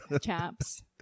Chaps